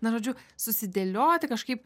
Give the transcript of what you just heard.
na žodžiu susidėlioti kažkaip